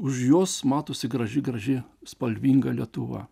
už jos matosi graži graži spalvinga lietuva